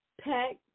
pack